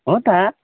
हो त